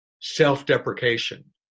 self-deprecation